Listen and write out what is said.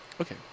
Okay